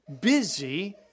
busy